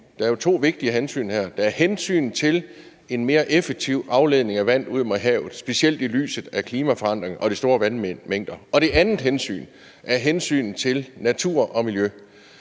er jo to vigtige hensyn her. Der er hensynet til en mere effektiv afledning af vand ud mod havet, specielt set i lyset af klimaforandringerne og de store vandmængder, og der er hensynet til natur og miljø.